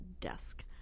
desk